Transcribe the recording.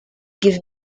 give